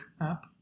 app